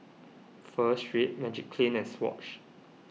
Pho Street Magiclean and Swatch